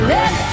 Let